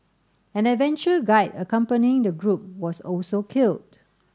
an adventure guide accompanying the group was also killed